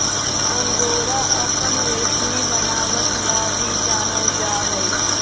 angora अपन रेशमी बनावट ला भी जानल जा हई